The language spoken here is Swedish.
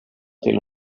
till